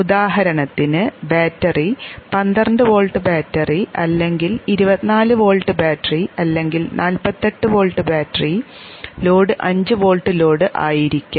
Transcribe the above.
ഉദാഹരണത്തിന് battery 12 volt battery അല്ലെങ്കിൽ 24 volt battery അല്ലെങ്കിൽ 48 volt battery load 5 volt load ആയിരിക്കാം